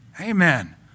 Amen